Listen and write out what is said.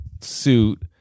suit